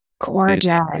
gorgeous